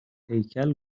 هیکل